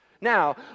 Now